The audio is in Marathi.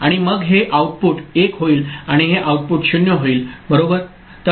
आणि मग हे आउटपुट 1 होईल आणि हे आउटपुट 0 होईल बरोबर